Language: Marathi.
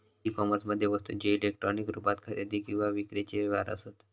ई कोमर्समध्ये वस्तूंचे इलेक्ट्रॉनिक रुपात खरेदी किंवा विक्रीचे व्यवहार असत